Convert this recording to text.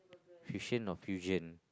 fusion or fusion